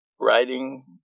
writing